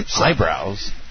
Eyebrows